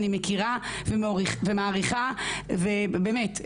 אני מכירה ומעריכה, באמת.